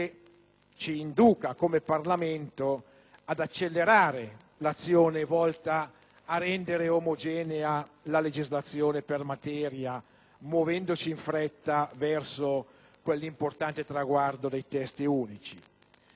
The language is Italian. ci induca, come Parlamento, ad accelerare l'azione volta a rendere omogenea la legislazione per materia, muovendoci in fretta verso l'importante traguardo dei testi unici.